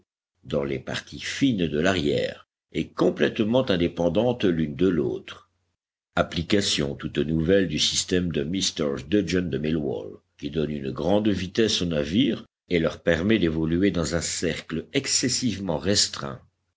dans les parties fines de l'arrière et complètement indépendantes l'une de l'autre application toute nouvelle du système de mm dudgeon de millwal qui donne une grande vitesse aux navires et leur permet d'évoluer dans un cercle excessivement restreint